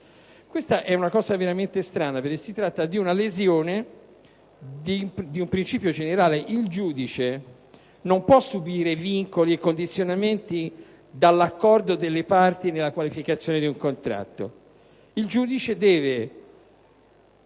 È una cosa veramente strana perché si tratta della lesione di un principio generale: il giudice non può subire vincoli e condizionamenti dall'accordo delle parti nella qualificazione del contratto. Il giudice deve